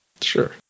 Sure